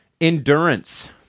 endurance